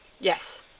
Yes